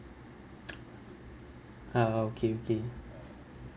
ah okay okay